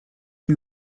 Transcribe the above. nie